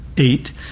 Eight